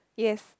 yes